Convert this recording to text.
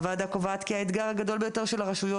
הוועדה קובעת כי האתגר הגדול ביותר של הרשויות